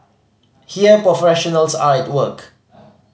here professionals are at work